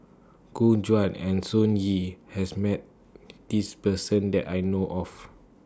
Gu Juan and Sun Yee has Met This Person that I know of